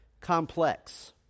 complex